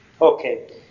Okay